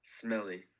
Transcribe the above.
Smelly